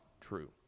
true